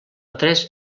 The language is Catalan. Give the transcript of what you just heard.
tres